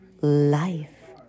life